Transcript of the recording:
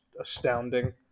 astounding